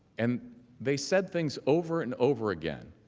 and they said things over and over again